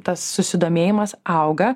tas susidomėjimas auga